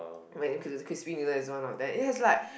when because the crispy noodles is one of them it has like